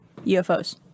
UFOs